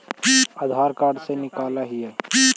आधार card से निकाल हिऐ?